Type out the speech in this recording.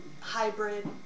hybrid